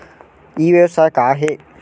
ई व्यवसाय का हे?